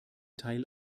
teil